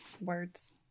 words